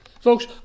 Folks